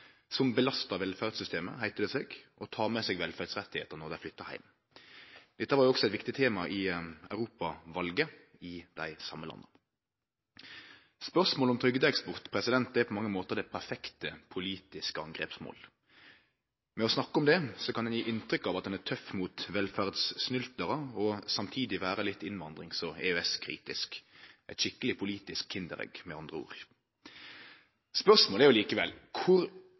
som belastar velferdssystemet, heiter det seg, og tek med seg velferdsrettar når dei flyttar heim. Dette var også eit viktig tema i europavalet i dei same landa. Spørsmålet om trygdeeksport er på mange måtar det perfekte politiske angrepsmålet. Ved å snakke om det kan ein gje inntrykk av at ein er tøff mot velferdssnyltarar og samtidig vere litt innvandrings- og EØS-kritisk – eit skikkeleg politisk kinderegg, med andre ord. Spørsmålet er likevel: Kor